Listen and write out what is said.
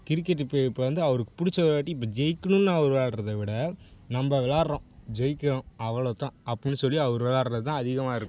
cricket இப்போ இப்போ வந்து அவருக்கு பிடிச்ச ஒரு வாட்டி இப்போ ஜெயிக்கணும்னு அவரு விளாட்றத விட நம்ம விளாட்றோம் ஜெயிக்கிறோம் அவ்வளோத்தான் அப்பட்னு சொல்லி அவரு விளாட்றதுதான் அதிகமாக இருக்கும்